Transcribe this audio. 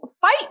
fight